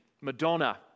Madonna